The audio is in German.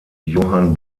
johann